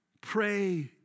pray